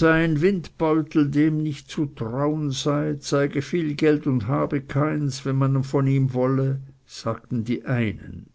ein windbeutel dem nicht zu trauen sei zeige viel geld und habe keins wenn man von ihm wolle sagten die einen